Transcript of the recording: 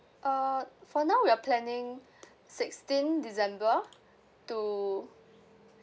uh for now we are planning sixteen december to